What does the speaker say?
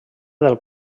del